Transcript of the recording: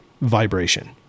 Vibration